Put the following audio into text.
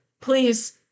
Please